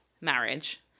marriage